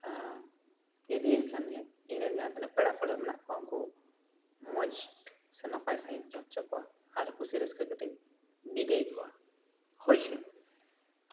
ᱟᱨ ᱤᱫᱤᱭᱟᱹᱧ ᱠᱷᱟᱱ ᱜᱮ ᱤᱧ ᱨᱮᱱ ᱡᱟᱦᱟᱸ ᱛᱤᱱᱟᱹᱜ ᱯᱮᱲᱟ ᱯᱟᱹᱲᱦᱟᱹ ᱢᱮᱱᱟᱜ ᱠᱚᱣᱟ ᱩᱱᱠᱩ ᱢᱚᱡᱽ ᱥᱮ ᱱᱟᱯᱟᱭ ᱥᱟᱹᱦᱤᱡ ᱤᱧ ᱡᱚᱢ ᱚᱪᱚ ᱠᱚᱣᱟ ᱟᱨ ᱠᱩᱥᱤ ᱨᱟᱹᱥᱠᱟᱹ ᱠᱟᱛᱮ ᱤᱧ ᱵᱤᱫᱟᱹᱭ ᱠᱚᱣᱟ ᱦᱳᱭ ᱥᱮ